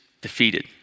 defeated